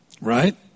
Right